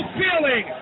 feeling